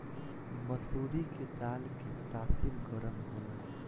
मसूरी के दाल के तासीर गरम होला